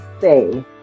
say